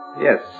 Yes